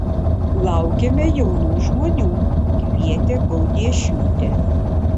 laukiame jaunų žmonių kvietė gaudiešiūtė